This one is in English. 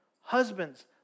Husbands